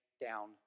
down